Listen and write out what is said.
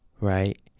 right